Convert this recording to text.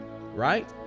Right